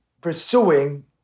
pursuing